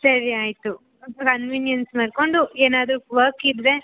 ಸರಿ ಆಯಿತು ಕನ್ವಿಯೆನ್ಸ್ ನೋಡಿಕೊಂಡು ಏನಾದ್ರೂ ವರ್ಕ್ ಇದ್ದರೆ